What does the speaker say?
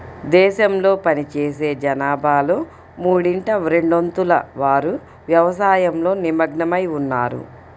దేశంలో పనిచేసే జనాభాలో మూడింట రెండొంతుల వారు వ్యవసాయంలో నిమగ్నమై ఉన్నారు